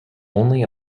only